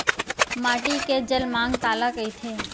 माटी के जलमांग काला कइथे?